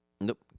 Nope